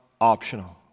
optional